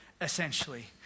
essentially